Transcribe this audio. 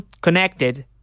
connected